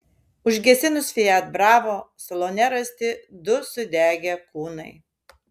užgesinus fiat bravo salone rasti du sudegę kūnai